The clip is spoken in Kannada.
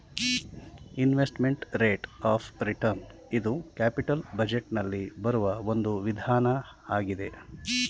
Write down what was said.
ಇನ್ವೆಸ್ಟ್ಮೆಂಟ್ ರೇಟ್ ಆಫ್ ರಿಟರ್ನ್ ಇದು ಕ್ಯಾಪಿಟಲ್ ಬಜೆಟ್ ನಲ್ಲಿ ಬರುವ ಒಂದು ವಿಧಾನ ಆಗಿದೆ